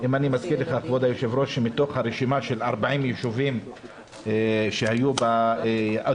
אני מזכיר לך כבוד היו"ר שמתוך הרשימה של 40 ישובים שהיו אדומים,